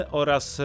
oraz